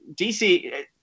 DC